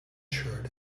shirt